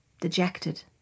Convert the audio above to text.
dejected